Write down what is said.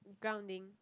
grounding